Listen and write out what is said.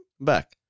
Back